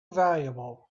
valuable